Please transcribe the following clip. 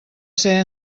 ser